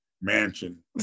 mansion